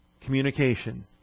communication